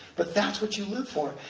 but that's what you live for.